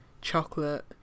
chocolate